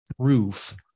proof